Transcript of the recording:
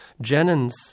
Jennings